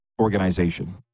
organization